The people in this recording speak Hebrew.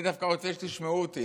אני דווקא רוצה שתשמעו אותי.